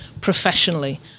professionally